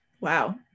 Wow